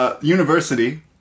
University